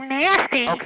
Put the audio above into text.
nasty